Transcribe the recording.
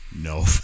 No